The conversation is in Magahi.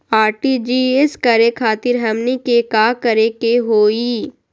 आर.टी.जी.एस करे खातीर हमनी के का करे के हो ई?